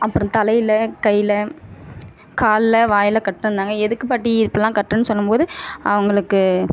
அப்புறம் தலையில் கையில் காலில் வாயில் கட்டியிருந்தாங்க எதுக்கு பாட்டி இப்போ எல்லாம் கட்டுறனு சொல்லும் போது அவர்களுக்கு